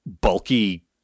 bulky